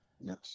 Yes